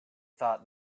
thought